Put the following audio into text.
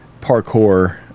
parkour